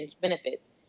benefits